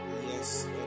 Yes